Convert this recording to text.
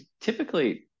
Typically